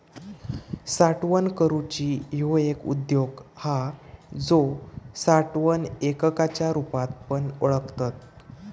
साठवण करूची ह्यो एक उद्योग हा जो साठवण एककाच्या रुपात पण ओळखतत